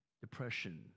depression